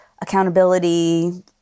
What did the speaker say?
accountability